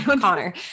Connor